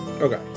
Okay